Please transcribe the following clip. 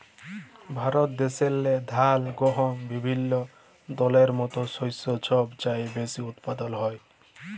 ভারত দ্যাশেল্লে ধাল, গহম বিভিল্য দলের মত শস্য ছব চাঁয়ে বেশি উৎপাদল হ্যয়